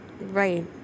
Right